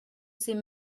c’est